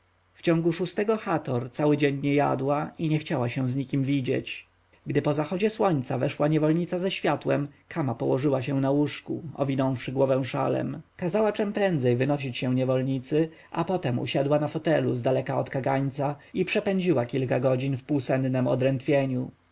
w ciągu szóstego chat cały dzień nie jadła i nie chciała się z nikim widzieć gdy po zachodzie słońca weszła niewolnica ze światłem kama położyła się na łóżku owinąwszy głowę szalem kazała czem prędzej wynosić się niewolnicy potem usiadła na fotelu zdaleka od kagańca i przepędziła kilka godzin w półsennem odrętwieniu